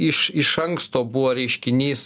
iš iš anksto buvo reiškinys